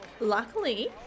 luckily